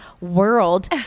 world